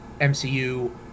MCU